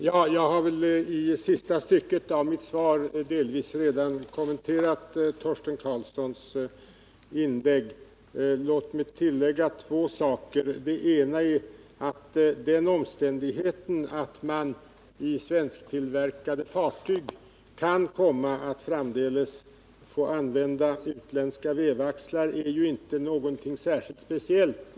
Herr talman! I sista stycket av mitt svar har jag redan delvis kommenterat Torsten Karlssons inlägg. Låt mig bara tillägga att den omständigheten att man i svensktillverkade fartyg kan komma att framdeles få använda utländska vevaxlar inte är något anmärkningsvärt.